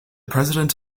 president